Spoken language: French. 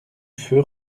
feu